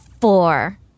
four